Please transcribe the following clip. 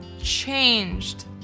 changed